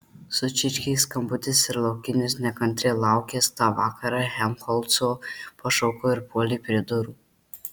sučirškė skambutis ir laukinis nekantriai laukęs tą vakarą helmholco pašoko ir puolė prie durų